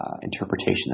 interpretation